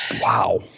wow